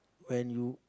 when you